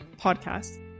podcast